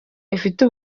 ifite